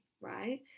right